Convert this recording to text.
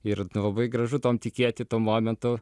ir labai gražu tuom tikėti tuo momentu